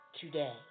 today